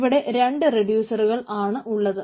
ഇവിടെ രണ്ടു റെഡ്യൂസ്റുകൾ ആണുള്ളത്